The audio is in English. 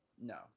No